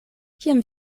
kiam